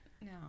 No